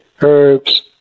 herbs